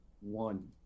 one